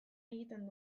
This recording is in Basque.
egiten